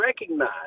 recognize